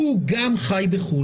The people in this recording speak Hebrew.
הוא גם חי בחוץ